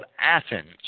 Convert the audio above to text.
Athens